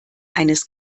eines